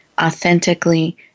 authentically